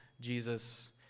Jesus